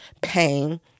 pain